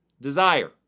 desire